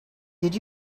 did